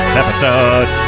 episode